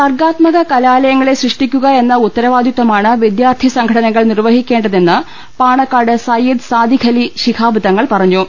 സർഗാത്മക കലാലയങ്ങളെ സൃഷ്ടിക്കുകയെന്ന ഉത്തരവാ ദിത്വമാണ് വിദ്യാർത്ഥി സംഘടനകൾ നിർവഹിക്കേണ്ടതെന്ന് പാണ ക്കാട് സയ്യിദ് സാദിഖലി ശിഹാബ് തങ്ങൾ പറഞ്ഞു